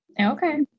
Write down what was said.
okay